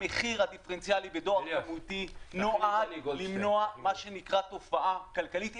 המחיר הדיפרנציאלי בדואר כמותי נועד למנוע תופעה כלכלית,